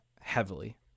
heavily